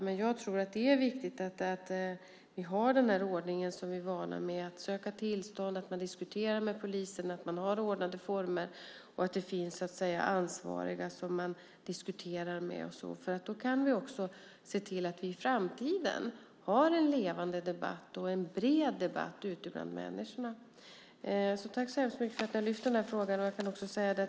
Men jag tror att det är viktigt att vi har den ordning som vi är vana vid - att man söker tillstånd, diskuterar med polisen, har ordnade former och att det finns ansvariga som man diskuterar med. Då kan vi också se till att vi i framtiden har en levande debatt och en bred debatt ute bland människorna. Jag tackar så mycket för att denna fråga har lyfts fram.